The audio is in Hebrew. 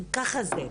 ככה זה.